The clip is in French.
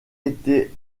été